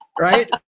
Right